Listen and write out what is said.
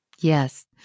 Yes